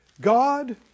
God